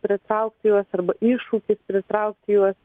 pritraukti juos arba iššūkis pritraukti juos